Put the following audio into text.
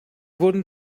wurden